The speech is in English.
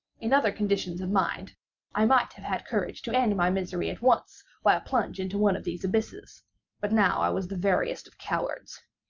in other conditions of mind i might have had courage to end my misery at once by a plunge into one of these abysses but now i was the veriest of cowards.